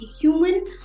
human